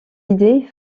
idées